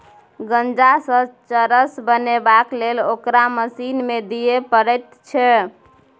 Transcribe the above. गांजासँ चरस बनेबाक लेल ओकरा मशीन मे दिए पड़ैत छै